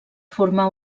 formar